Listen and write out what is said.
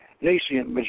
nascent